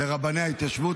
לרבני ההתיישבות,